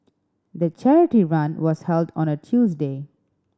the charity run was held on a Tuesday